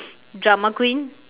drama queen